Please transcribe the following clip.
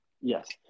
Yes